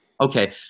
Okay